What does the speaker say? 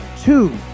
two